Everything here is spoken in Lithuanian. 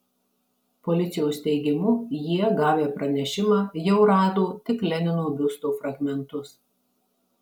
policijos teigimu jie gavę pranešimą jau rado tik lenino biusto fragmentus